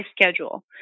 schedule